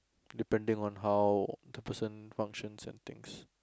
depending on how the person functions and thinks